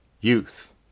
youth